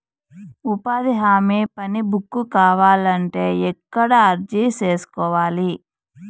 ఉపాధి హామీ పని బుక్ కావాలంటే ఎక్కడ అర్జీ సేసుకోవాలి?